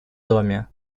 доме